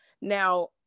now